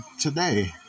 today